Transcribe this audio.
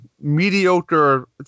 mediocre